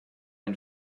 une